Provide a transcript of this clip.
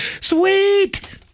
Sweet